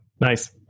Nice